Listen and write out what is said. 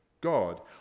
God